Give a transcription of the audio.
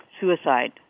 suicide